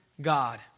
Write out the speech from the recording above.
God